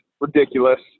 ridiculous